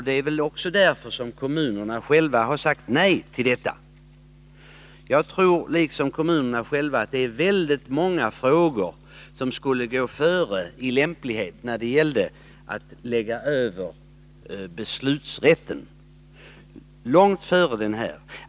Det är väl också därför som kommunerna själva har sagt nej. Jag tror, liksom man gör i kommunerna, att det är väldigt många frågor som med avseende på lämplighet borde gå före denna när det gäller att föra över beslutanderätten till kommunerna.